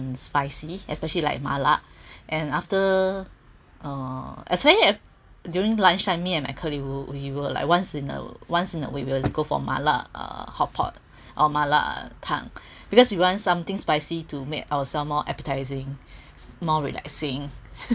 on spicy especially like mala and after uh as many as during lunch me and my colleague will we were like once in a once in a week we will go for mala uh hotpot or 麻辣汤 because we want something spicy to make ourselves more appetizing more relaxing